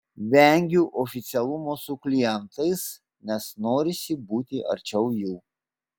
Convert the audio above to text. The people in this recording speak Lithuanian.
vengiu oficialumo su klientais nes norisi būti arčiau jų